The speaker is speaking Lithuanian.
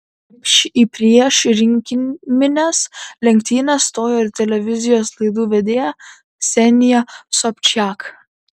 į priešrinkimines lenktynes stojo ir televizijos laidų vedėja ksenija sobčiak